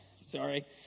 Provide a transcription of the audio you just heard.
sorry